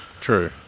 True